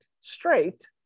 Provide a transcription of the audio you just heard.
straight